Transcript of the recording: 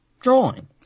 drawing